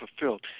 fulfilled